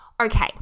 okay